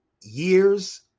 years